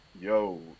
yo